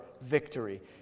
victory